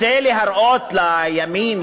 רוצה להראות לימין,